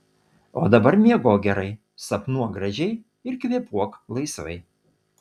o dabar miegok gerai sapnuok gražiai ir kvėpuok laisvai